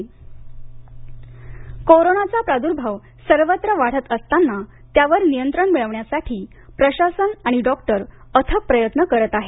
आयर्वेद अहमदनगर कोरोनाचा प्राद्भाव सर्वत्र वाढत असताना त्यावर नियंत्रण मिळवण्यासाठी प्रशासन आणि डॉक्टर अथक प्रयत्न करत आहेत